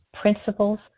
principles